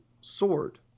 sword